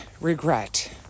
regret